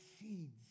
seeds